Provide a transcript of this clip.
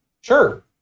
Sure